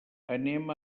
anem